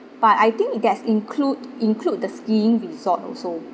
but I think that's include include the skiing resort also